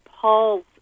Paul's